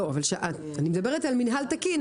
לא, אני מדברת על מינהל תקין.